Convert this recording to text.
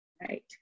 Right